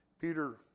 Peter